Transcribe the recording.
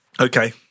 Okay